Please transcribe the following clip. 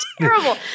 terrible